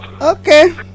Okay